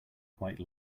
quite